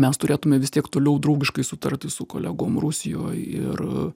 mes turėtume vis tiek toliau draugiškai sutarti su kolegom rusijoj ir